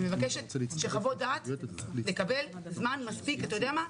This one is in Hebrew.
ומבקשת שנקבל חוות דעת זמן מספיק לפני הישיבה,